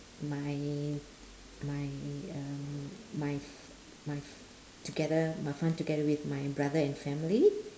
my my um my f~ my f~ together my fun together with my brother and family